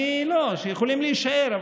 לא, יכולים להישאר.